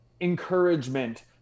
encouragement